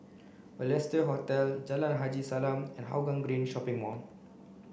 Balestier Hotel Jalan Haji Salam and Hougang Green Shopping Mall